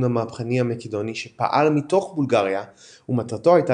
המהפכני המקדוני שפעל מתוך בולגריה ומטרתו הייתה